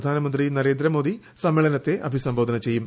പ്രധാനമന്ത്രി നരേന്ദ്രമോദി സമ്മേളനത്തെ അഭിസംബോധന ചെയ്യും